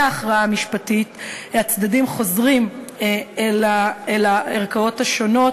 ההכרעה המשפטית הצדדים חוזרים לערכאות השונות,